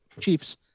Chiefs